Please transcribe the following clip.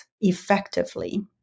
effectively